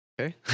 Okay